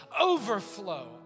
overflow